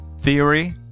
theory